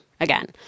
again